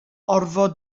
orfod